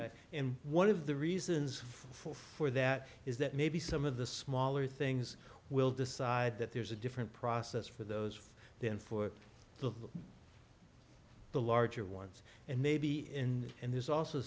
and one of the reasons for that is that maybe some of the smaller things will decide that there's a different process for those than for the the larger ones and maybe in and there's also